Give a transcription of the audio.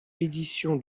édition